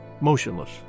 motionless